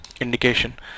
indication